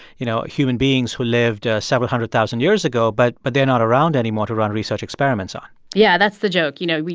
you know, human beings who lived several hundred-thousand years ago but but they're not around anymore to run research experiments on yeah. that's the joke. you know,